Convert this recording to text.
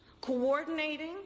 coordinating